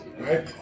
right